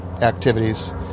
activities